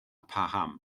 paham